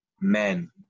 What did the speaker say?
men